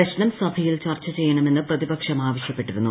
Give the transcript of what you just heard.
പ്രശ്നം സഭയിൽ ചർച്ച ചെയ്യണമെന്ന് പ്രതിപക്ഷം ആവശ്യപ്പെട്ടിരുന്നു